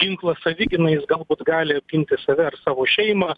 ginklą savigynai jis galbūt gali apginti save ar savo šeimą